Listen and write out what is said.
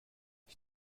ich